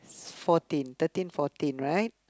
fourteen thirteen fourteen right